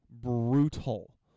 brutal